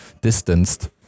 distanced